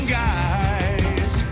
guys